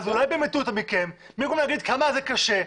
אולי במקום להגיד כמה זה קשה,